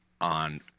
on